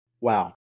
Wow